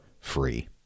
free